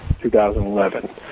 2011